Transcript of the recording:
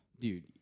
dude